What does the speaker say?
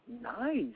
Nice